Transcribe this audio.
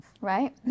Right